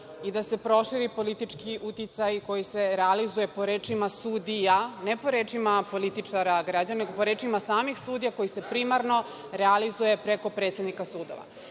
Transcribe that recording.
i da se proširi politički uticaj koji se realizuje po rečima sudija, ne po rečima političara, građana, nego po rečima samih sudija koji se primarno realizuje preko predsednika sudova. Sve